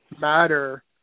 matter